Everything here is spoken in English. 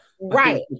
right